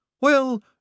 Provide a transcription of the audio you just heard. Well